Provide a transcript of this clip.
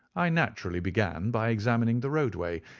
i naturally began by examining the roadway,